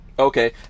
Okay